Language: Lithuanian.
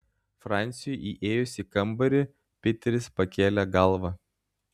franciui įėjus į kambarį piteris pakėlė galvą